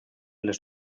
les